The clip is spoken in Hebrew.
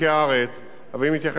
אבל אם נתייחס לאזור הזה,